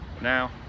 now